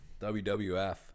WWF